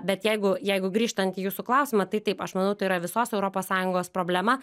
bet jeigu jeigu grįžtant į jūsų klausimą tai taip aš manau tai yra visos europos sąjungos problema